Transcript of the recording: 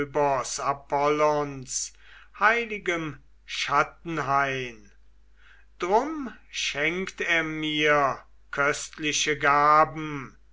heiligem schattenhain drum schenkt er mir köstliche gaben